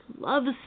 loves